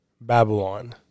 Babylon